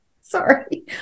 Sorry